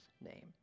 name